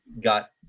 got